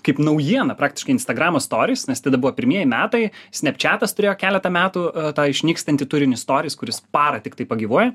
kaip naujiena praktiškai instagramo storis nes tada buvo pirmieji metai snepčatas turėjo keletą metų tą išnykstantį turinį storis kuris parą tiktai pagyvuoja